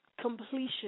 completion